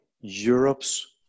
Europe's